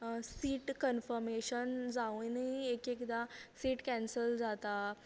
seat confirmation जावनय एक एकदा सीट केन्सल जातात